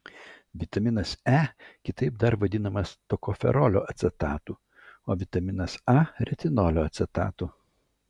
vitaminas e kitaip dar vadinamas tokoferolio acetatu o vitaminas a retinolio acetatu